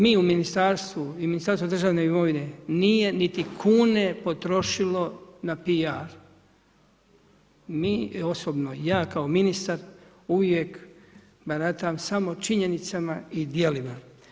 Mi u ministarstvu i Ministarstvo državne imovine nije niti kune potrošilo na PR, mi osobno, ja kao ministar uvijek baratam samo činjenicama i djelima.